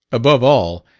above all,